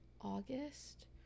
August